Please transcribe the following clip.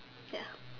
ya